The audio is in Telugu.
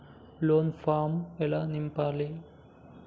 లోన్ ఫామ్ ఎలా నింపాలి?